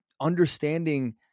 understanding